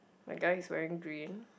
that guy is wearing green